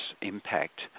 impact